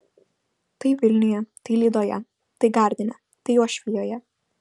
tai vilniuje tai lydoje tai gardine tai uošvijoje